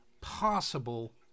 possible